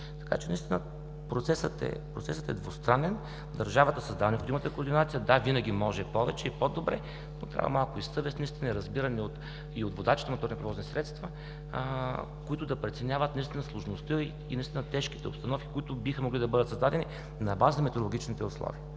Така че процесът е двустранен. Държавата създаде необходимата координация. Да, винаги може повече и по-добре, но трябва малко съвест и разбиране и от водачите на пътни превозни средства, които да преценяват сложността и наистина тежките обстановки, които биха могли да бъдат създадени на база на метеорологичните условия.